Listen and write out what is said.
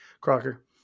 Crocker